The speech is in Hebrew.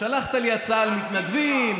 שלחת לי הצעה על מתנדבים.